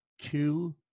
two